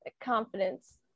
Confidence